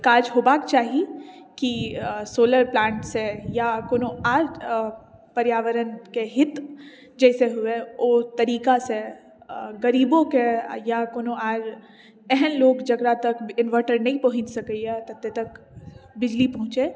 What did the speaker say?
काज होबाक चाही कि सोलर प्लान्टसँ या कोनो आओर पर्यावरणके हित जाहिसँ हुअए ओहि तरीकासँ गरीबोके या कोनो आओर एहन लोक जकरा ओतऽ इनवर्टर नहि पहुँच सकैए ततऽ तक बिजली पहुँचै